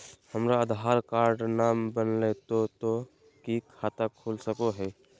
हमर आधार कार्ड न बनलै तो तो की खाता खुल सको है?